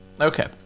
Okay